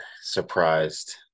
surprised